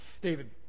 David